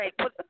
right